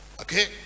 Okay